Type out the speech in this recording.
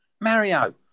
Mario